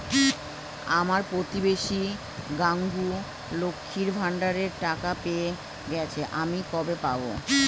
আমার প্রতিবেশী গাঙ্মু, লক্ষ্মীর ভান্ডারের টাকা পেয়ে গেছে, আমি কবে পাব?